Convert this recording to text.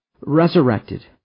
Resurrected